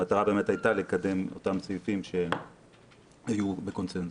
המטרה היתה לקדם אותם סעיפים שהיו בקונצנזוס.